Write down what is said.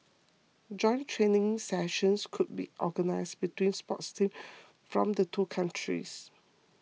joint training sessions could be organised between sports teams from the two countries